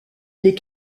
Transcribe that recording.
les